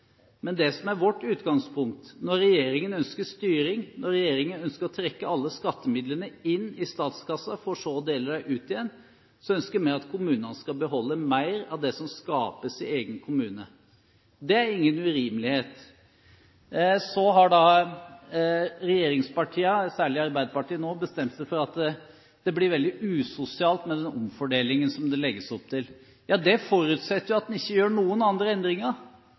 Men det som er vårt utgangspunkt – når regjeringen ønsker styring, når regjeringen ønsker å trekke alle skattemidlene inn i statskassen for så å dele dem ut igjen – er at vi ønsker at kommunen skal kunne beholde mer av det som skapes i egen kommune. Det er ingen urimelighet. Så har da regjeringspartiene, særlig Arbeiderpartiet, bestemt seg for at det blir veldig usosialt med den omfordelingen som det legges opp til. Det forutsetter at man ikke gjør noen andre endringer.